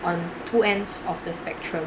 on two ends of the spectrum